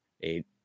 eight